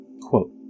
quote